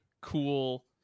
cool